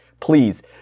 please